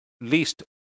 least